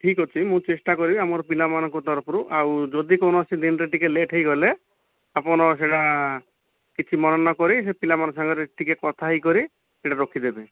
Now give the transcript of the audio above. ଠିକ ଅଛି ମୁଁ ଚେଷ୍ଟା କରିବି ଆମର ପିଲାମାନଙ୍କ ତରଫରୁ ଆଉ ଯଦି କୌଣସି ଦିନରେ ଟିକିଏ ଲେଟ୍ ହେଇଗଲେ ଆପଣ ସେଇଟା କିଛି ମନେ ନ କରି ସେ ପିଲାମାନଙ୍କ ସାଙ୍ଗରେ ଟିକିଏ କଥା ହେଇକରି ସେଇଟା ରଖିଦେବେ